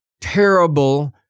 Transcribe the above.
terrible